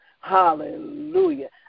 Hallelujah